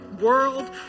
world